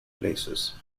places